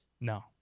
No